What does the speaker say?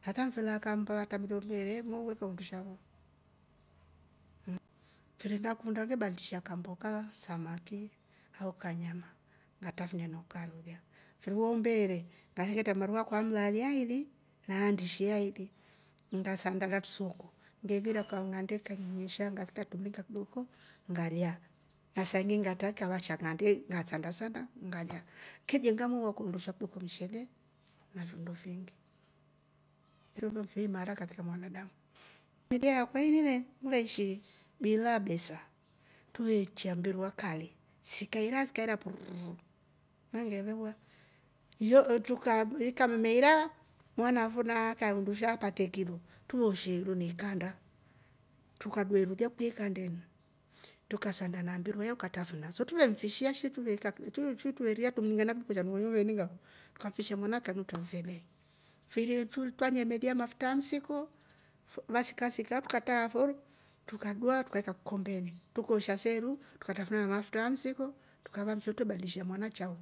hata mfele akaa mmba hatra me lolya ye muu kaa undusha fo. Mfiri ngakunda ngebadilisha kamboka. samaki au kanyama ngatrafunia na ukari ulya mfiri wa umbeere baasi ngasengetra mairu yakwa a mlaalia ailinaa na ya ndishi aili ngasanda na trusoko ng'aivira kng'ande kaang'asha katreta kimringa kidoko ngalya na saingi ngatra ikava sha ng'ande ngasanda sanda ngalya. Kejenga mwili wakwa undusha kuliko mshele na fiindo fiingi ni fo e imara katika mwanadamu. Kipindi akwa ini le ngiveishi bila besa truveechiya mbirwa kali, sikaira siakira pruuu! Umengelewa yo tru- ikammeira mwana afo na akaae undusha apate kilo truveoshe iru na ikanda trukadua iru lilya ikandeni trukasand na mbirwa yo truka mfishi. tro tuve mfishia shi truleria tumniinge na kiliko shandu nywe mwe viininga trukamfishia mwana akanuutra fele mfiri twarnyemelia mafutra aah msiko vasika sika trukataa fo trukadua trukaikya kikombeni, tukoosha se iru tukatrafuna na mafutra ah msiko tukava fe twre badilishiana mwana chao